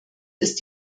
ist